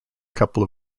couple